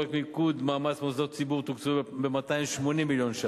פרויקט מיקוד מאמץ ומוסדות ציבור תוקצבו בכ-280 מיליון ש"ח.